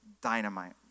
dynamite